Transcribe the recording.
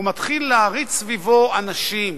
הוא מתחיל להריץ סביבו אנשים.